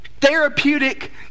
therapeutic